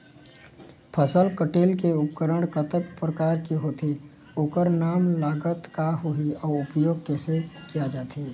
फसल कटेल के उपकरण कतेक प्रकार के होथे ओकर नाम लागत का आही अउ उपयोग कैसे किया जाथे?